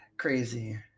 crazy